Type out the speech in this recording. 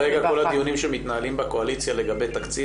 כרגע כל הדיונים שמתנהלים בקואליציה לגבי תקציב